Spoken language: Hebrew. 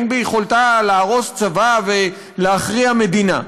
אין ביכולתה להרוס צבא ולהכריע מדינה.